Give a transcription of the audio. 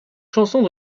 chansons